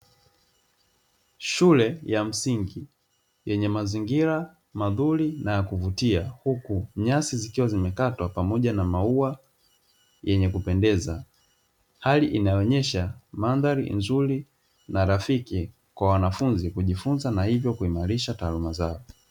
Shule ya msingi yenye mazingira mazuri na ya kuvutia, huku nyasi zikiwa zimekatwa pamoja na maua yenye kupendeza. Hali inayoonyesha mandhari nzuri na rafiki kwa wanafunzi kujifunza na hivyo kuimarisha taaluma zao.